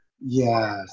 Yes